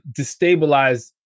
destabilize